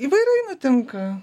įvairiai nutinka